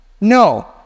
No